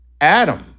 Adam